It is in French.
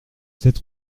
sept